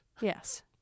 Yes